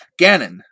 Ganon